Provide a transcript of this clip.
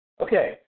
Okay